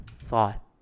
thought